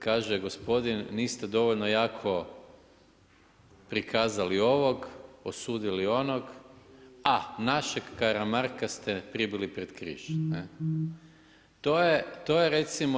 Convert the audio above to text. Kaže gospodin niste dovoljno jako prikazali ovog, osudili onog, a našeg Karamarka ste pribili pred križ, ne.